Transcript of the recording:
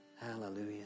Hallelujah